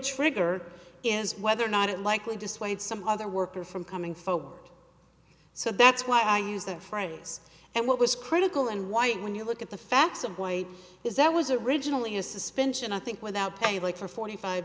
trigger is whether or not it likely dissuade some other worker from coming forward so that's why i used the phrase and what was critical and white when you look at the facts of why is that was originally a suspension i think without pay like for forty five